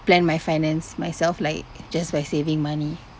plan my finance myself like just by saving money